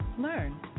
learn